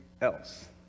else